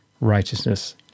righteousness